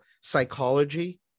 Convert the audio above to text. psychology